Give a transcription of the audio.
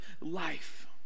life